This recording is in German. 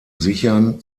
sichern